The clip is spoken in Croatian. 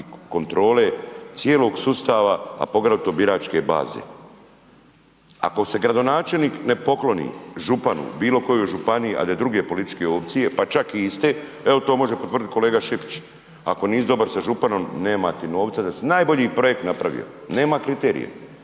alat cijelog sustava a poglavito biračke baze. Ako se gradonačelnik ne pokloni županu bilokoje županije ali je druge političke opcije pa čak i iste, evo to može potvrdit kolega Šipić, ako nisi dobar sa županom, nema ti novca da di najbolji projekt napravio, nema kriterija.